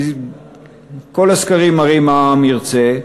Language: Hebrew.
כי כל הסקרים מראים מה העם ירצה.